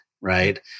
right